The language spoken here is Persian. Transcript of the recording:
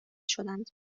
شدند